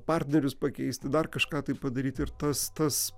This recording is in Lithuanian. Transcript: partnerius pakeisti dar kažką tai padaryti ir tas tas